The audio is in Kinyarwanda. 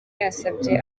yasabye